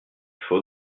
faut